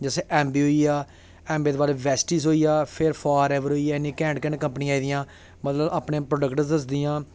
जैसी ऐम बी होईया ऐम बे दे बाद बैसटिस होईया फार ऐवर होईया इन्नी कैंड़ कैंड़ कंपनियां आई दियां मतलव अपनें प्रोडक्ट दसदियां